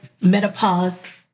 menopause